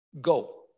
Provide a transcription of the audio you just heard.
go